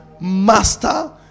master